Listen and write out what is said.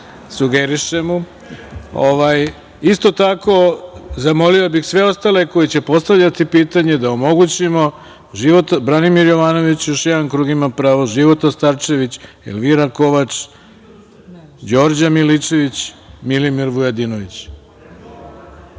sugerišem mu. Isto tako, zamolio bih sve ostale koji će postavljati pitanje da omogućimo, Branimir Jovanović još jedan krug ima pravo, Života Starčević, Elvira Kovač, Đorđe Milićević, Milimir Vujadinović. Reč